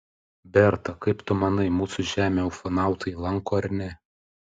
berta kaip tu manai mūsų žemę ufonautai lanko ar ne